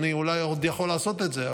אולי אני עוד יכול לעשות את זה,